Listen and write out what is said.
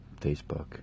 Facebook